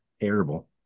Terrible